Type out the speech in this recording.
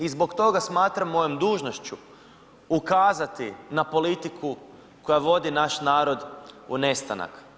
I zbog toga smatram mojom dužnošću ukazati na politiku koja vodi naš narod u nestanak.